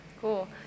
Cool